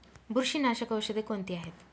बुरशीनाशक औषधे कोणती आहेत?